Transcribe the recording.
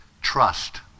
trust